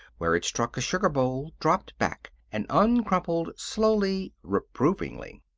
where it struck a sugar bowl, dropped back, and uncrumpled slowly, reprovingly.